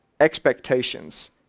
expectations